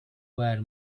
were